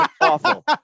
awful